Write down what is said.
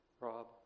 Rob